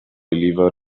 deliver